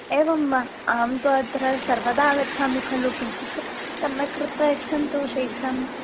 एवं वा अहं तु अत्र सर्वदा आगच्छामि खलु किञ्चित् सम्यक् कृत्वा यच्छन्तु शीघ्रं